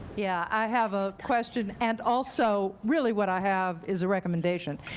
yeah. i have a question, and also really what i have is a recommendation.